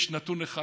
יש נתון אחד,